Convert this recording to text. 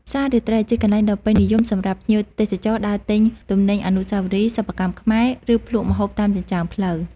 ផ្សាររាត្រី ជាកន្លែងដ៏ពេញនិយមសម្រាប់ភ្ញៀវទេសចរដើរទិញទំនិញអនុស្សាវរីយ៍ សិប្បកម្មខ្មែរ ឬភ្លក់ម្ហូបតាមចិញ្ចើមផ្លូវ។